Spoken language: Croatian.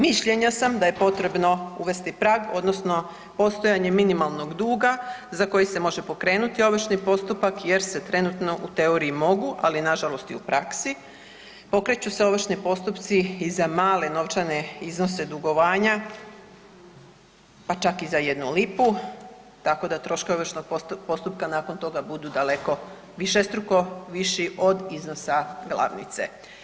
Mišljenja sam da je potrebno uvesti prag odnosno postojanje minimalnog duga za koji se može pokrenuti ovršni postupak jer se trenutno u teoriji mogu ali nažalost i u praksi pokreću se ovršni postupci i za male novčane iznose dugovanja pa čak i za 1 lipu, tako da troškovi ovršnog postupka budu daleko, višestruko viši od iznosa glavnice.